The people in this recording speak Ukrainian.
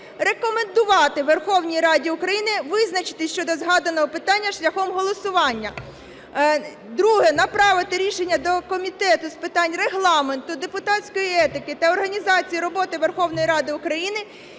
рекомендувати Верховній Раді України визначитись щодо згаданого питання шляхом голосування. Друге. Направити рішення до Комітету з питань Регламенту, депутатської етики та організації роботи Верховної Ради України,